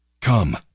Come